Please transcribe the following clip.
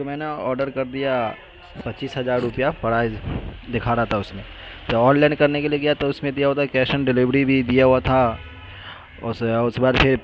تو میں نے آڈر کر دیا پچیس ہزار روپیہ پرائز دکھا رہا تھا اس میں تو آن لائن کرنے کے لیے گیا تو اس میں دیا ہوتا تھا کیش آن ڈلیوری بھی دیا ہوا تھا اور اس کے بعد پھر